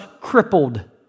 crippled